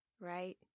right